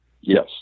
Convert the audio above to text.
Yes